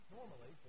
Normally